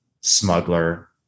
smuggler